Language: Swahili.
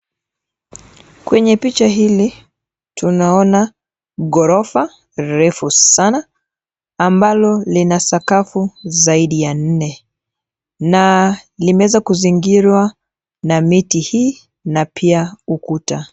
Kwenye picha hili, tunaona gorofa refu sana ambalo lina sakafu zaidi ya nne. Na limeweza kuzingirwa na miti hii na pia ukuta.